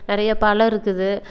நிறைய பழம் இருக்குது